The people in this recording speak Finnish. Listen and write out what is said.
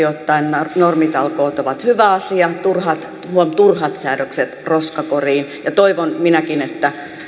ottaen nämä normitalkoot ovat hyvä asia turhat huom turhat säädökset roskakoriin ja toivon minäkin että